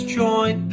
join